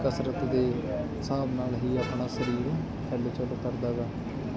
ਕਸਰਤ ਦੇ ਹਿਸਾਬ ਨਾਲ ਹੀ ਆਪਣਾ ਸਰੀਰ ਹਿਲਜੁਲ ਕਰਦਾ ਹੈਗਾ